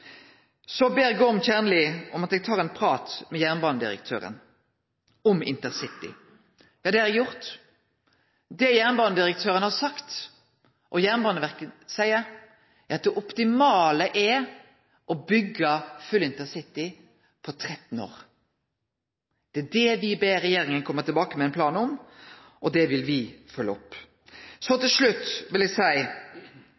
Så ber representanten Gorm Kjernli meg om å ta ein prat med jernbanedirektøren om InterCity. Det har eg gjort. Det jernbanedirektøren har sagt og Jernbaneverket seier, er at det optimale er å byggje full InterCity på 13 år. Det er det me ber regjeringa å kome tilbake med ein plan om, og det vil me følgje opp.